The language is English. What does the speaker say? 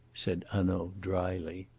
said hanaud dryly.